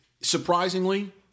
surprisingly